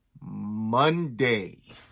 Monday